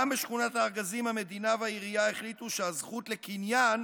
גם בשכונת הארגזים המדינה והעירייה החליטו שהזכות לקניין